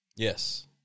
Yes